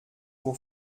pour